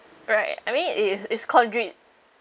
right I mean it is it's contract